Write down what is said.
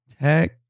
Tech